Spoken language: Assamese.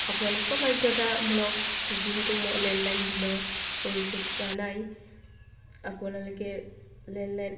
আপোনালোকৰ বাধ্যতামূলক যিহেতু মই লেণ্ডলাইন বিলৰ পৰিশোধ কৰা নাই আপোনালোকে লেণ্ডলাইন